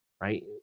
right